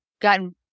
gotten